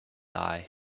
eye